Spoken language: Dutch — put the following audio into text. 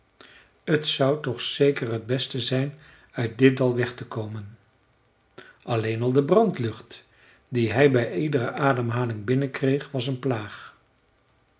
t zou toch zeker t beste zijn uit dit dal weg te komen alleen al de brandlucht die hij bij iedere ademhaling binnenkreeg was een plaag